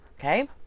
okay